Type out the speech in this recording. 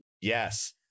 Yes